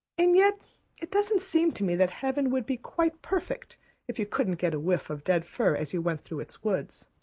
and yet it doesn't seem to me that heaven would be quite perfect if you couldn't get a whiff of dead fir as you went through its woods.